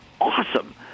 awesome